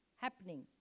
happening